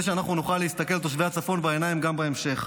שנוכל להסתכל לתושבי הצפון בעיניים גם בהמשך.